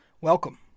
Welcome